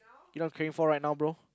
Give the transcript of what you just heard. you not craving for right now bro